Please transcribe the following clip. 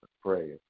pray